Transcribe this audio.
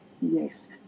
Yes